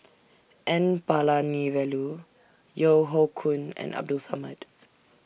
N Palanivelu Yeo Hoe Koon and Abdul Samad